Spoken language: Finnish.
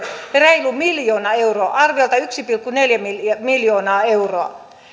reilu miljoona euroa arviolta yksi pilkku neljä miljoonaa euroa